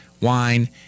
wine